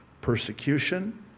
persecution